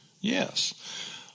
Yes